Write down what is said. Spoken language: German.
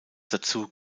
dazu